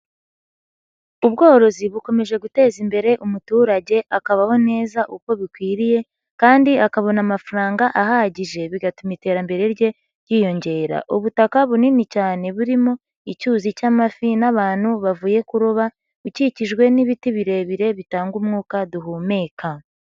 Ubworozi bukomeje guteza imbere umuturage akabaho neza uko bikwiriye kandi akabona amafaranga ahagije bigatuma iterambere rye ryiyongera. Ubutaka bunini cyane burimo icyuzi cy'amafi n'abantu bavuye kuroba bukikijwe n'ibiti birebire bitanga umwuka duhumeka.